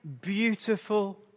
beautiful